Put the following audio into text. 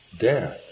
death